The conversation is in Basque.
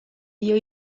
dio